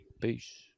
peace